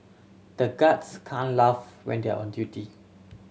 the guards can laugh when they are on duty